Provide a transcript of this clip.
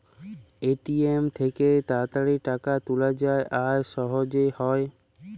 ATM থ্যাইকে তাড়াতাড়ি টাকা তুলা যায় আর সহজে হ্যয়